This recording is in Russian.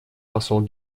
посол